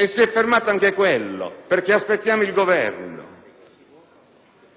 e si è fermato anche quello perché aspettiamo il Governo.